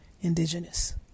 indigenous